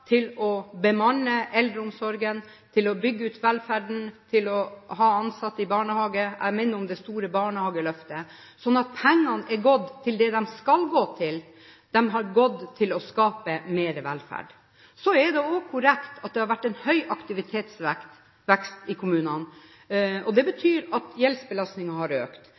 til å bemanne eldreomsorgen, bygge ut velferden, ha ansatte i barnehagene – la meg minne om det store barnehageløftet. Pengene har gått til det som de skal gå til, nemlig til å skape mer velferd. Det er også riktig at det har vært en høy aktivitetsvekst i kommunene, og det betyr at gjeldsbelastningen har økt.